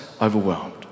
overwhelmed